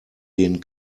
den